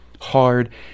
hard